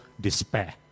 despair